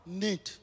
need